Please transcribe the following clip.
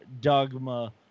Dogma